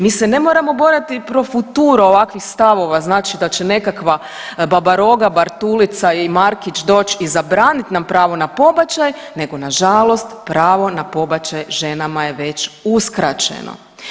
Mi se ne moramo boriti pro futuro ovakvih stavova, znači da će nekakva babaroga Bartulica i Markić doć i zabraniti nam pravo na pobačaj, nego nažalost pravo na pobačaj ženama je već uskraćen.